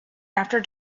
after